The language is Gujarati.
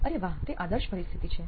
અરે વાહ તે આદર્શ પરિસ્થિતિ છે